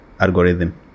algorithm